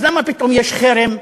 אז למה פתאום יש חרם,